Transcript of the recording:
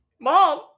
Mom